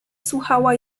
słuchała